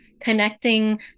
Connecting